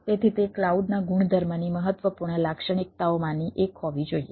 તેથી તે ક્લાઉડનાં ગુણધર્મની મહત્વપૂર્ણ લાક્ષણિકતાઓમાંની એક હોવી જોઈએ